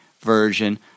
version